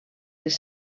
les